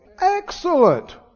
excellent